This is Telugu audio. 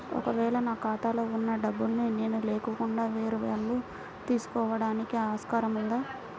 ఒక వేళ నా ఖాతాలో వున్న డబ్బులను నేను లేకుండా వేరే వాళ్ళు తీసుకోవడానికి ఆస్కారం ఉందా?